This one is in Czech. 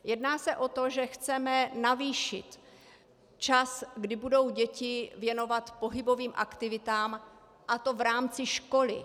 Jedná se o to, že chceme navýšit čas, kdy budou děti věnovat pohybovým aktivitám, a to v rámci školy.